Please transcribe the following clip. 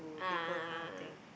a'ah a'ah a'ah